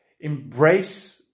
embrace